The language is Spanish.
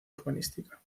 urbanística